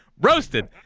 roasted